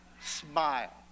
Smile